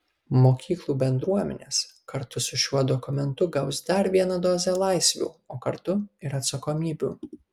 mokyklų bendruomenės kartu su šiuo dokumentu gaus dar vieną dozę laisvių o kartu ir atsakomybių